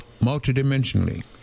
multidimensionally